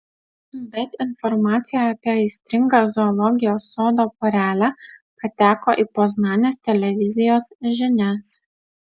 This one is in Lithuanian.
bet informacija apie aistringą zoologijos sodo porelę pateko į poznanės televizijos žinias